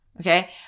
Okay